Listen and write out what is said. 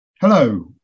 Hello